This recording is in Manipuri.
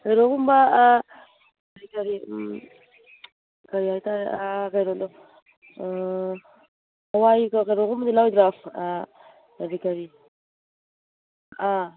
ꯀꯩꯅꯣꯒꯨꯝꯕ ꯀꯔꯤ ꯀꯔꯤ ꯎꯝ ꯀꯔꯤ ꯍꯥꯏ ꯇꯥꯔꯦ ꯀꯩꯅꯣꯗꯣ ꯍꯋꯥꯏꯒ ꯀꯩꯅꯣꯒꯨꯝꯕꯗꯤ ꯂꯧꯔꯣꯏꯗꯔꯣ ꯀꯔꯤ ꯀꯔꯤ ꯑ